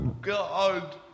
God